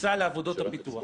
וכניסה לעבודות הפיתוח.